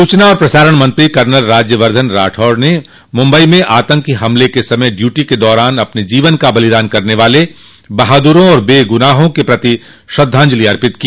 सूचना और प्रसारण मंत्री कर्नल राज्यवर्धन राठौड़ ने मुंबई में आतंकी हमले के समय ड्यूटी के दौरान अपने जीवन का बलिदान करने वाले बहादुरों और बेगुनाहों के प्रति श्रद्धांजलि अर्पित की